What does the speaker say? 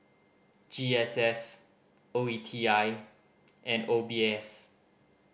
G S S O E T I and O B S